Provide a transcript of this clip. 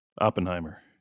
Oppenheimer